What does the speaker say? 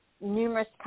numerous